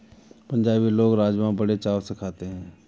पंजाबी लोग राज़मा बड़े चाव से खाते हैं